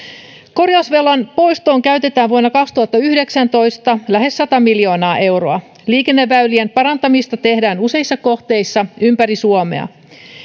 korjausvelan poistoon käytetään vuonna kaksituhattayhdeksäntoista lähes sata miljoonaa euroa liikenneväylien parantamista tehdään useissa kohteissa ympäri suomea